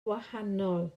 wahanol